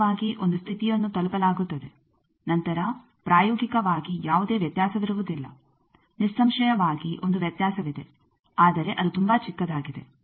ಅಂತಿಮವಾಗಿ ಒಂದು ಸ್ಥಿತಿಯನ್ನು ತಲುಪಲಾಗುತ್ತದೆ ನಂತರ ಪ್ರಾಯೋಗಿಕವಾಗಿ ಯಾವುದೇ ವ್ಯತ್ಯಾಸವಿರುವುದಿಲ್ಲ ನಿಸ್ಸಂಶಯವಾಗಿ ಒಂದು ವ್ಯತ್ಯಾಸವಿದೆ ಆದರೆ ಅದು ತುಂಬಾ ಚಿಕ್ಕದಾಗಿದೆ